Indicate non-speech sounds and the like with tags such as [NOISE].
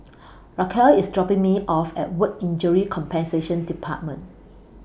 [NOISE] Racquel IS dropping Me off At Work Injury Compensation department